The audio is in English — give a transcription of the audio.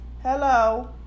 Hello